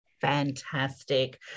Fantastic